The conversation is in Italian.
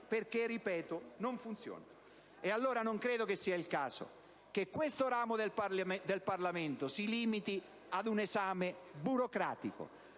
perché, ripeto, non funziona. Non credo quindi che sia il caso che questo ramo del Parlamento si limiti ad un esame burocratico,